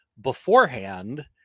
beforehand